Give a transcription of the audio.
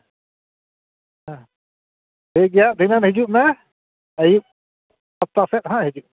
ᱦᱮᱸ ᱴᱷᱤᱠᱜᱮᱭᱟ ᱫᱷᱤᱱᱟᱹᱱ ᱦᱤᱡᱩᱜ ᱢᱮ ᱟᱭᱩᱵ ᱥᱟᱛᱴᱟ ᱥᱮᱫ ᱦᱟᱸᱜ ᱦᱤᱡᱩᱜ ᱢᱮ